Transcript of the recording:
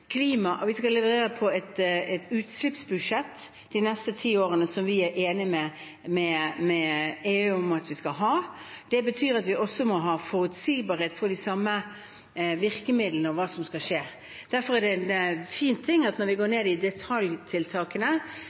vi skal levere på et utslippsbudsjett de neste ti årene som vi er enige med EU om at vi skal ha. Det betyr at vi også må ha forutsigbarhet for de samme virkemidlene og for hva som skal skje. Derfor er det en fin ting og vil være bra når vi går ned i detaljtiltakene,